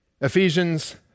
Ephesians